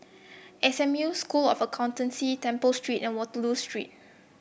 S M U School of Accountancy Temple Street and Waterloo Street